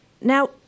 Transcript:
Now